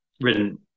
written